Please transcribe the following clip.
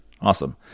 Awesome